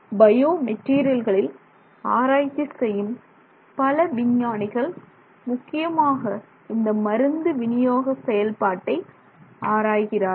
bio மெட்டீரியல்களில் ஆராய்ச்சி செய்யும் பல விஞ்ஞானிகள் முக்கியமாக இந்த மருந்து வினியோக செயல்பாட்டை ஆராய்கிறார்கள்